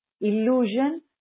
illusion